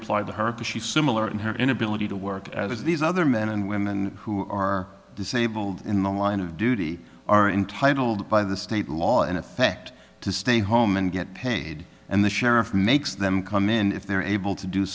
applied to her but she similar in her inability to work as these other men and women who are disabled in the line of duty are entitled by the state law in effect to stay home and get paid and the sheriff makes them come in if they're able to do